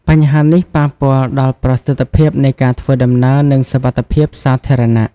បញ្ហានេះប៉ះពាល់ដល់ប្រសិទ្ធភាពនៃការធ្វើដំណើរ និងសុវត្ថិភាពសាធារណៈ។